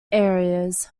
areas